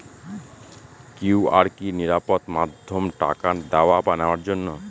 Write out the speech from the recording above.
QR কি নিরাপদ মাধ্যম টাকা দেওয়া বা নেওয়ার জন্য?